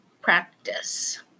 Practice